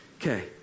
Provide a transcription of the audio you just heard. Okay